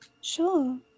Sure